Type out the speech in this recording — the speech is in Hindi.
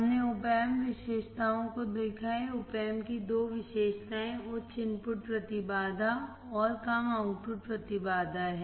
हमने Op Amp विशेषताओं को देखा है opamp की दो विशेषताएँ उच्च इनपुट प्रतिबाधा और कम आउटपुट प्रतिबाधा हैं